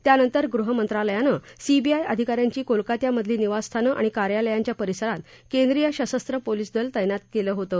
त्यानंतर गृह मंत्रालयानं सीबीआय अधिका यांची कोलकात्यामधली निवासस्थानं आणि कार्यालयांच्या परिसरात केंद्रीय सशस्त्र पोलीस दल तैनात केलं होतं